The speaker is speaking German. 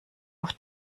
auf